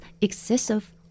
excessive